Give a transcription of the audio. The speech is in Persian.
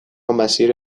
مسیر